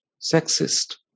sexist